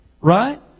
Right